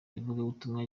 ivugabutumwa